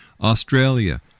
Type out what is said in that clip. Australia